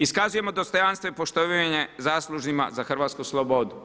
Iskazujemo dostojanstvo i poštovanje zaslužnima za hrvatsku slobodu.